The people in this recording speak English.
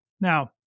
Now